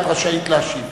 את רשאית להשיב.